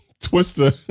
Twister